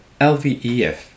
LVEF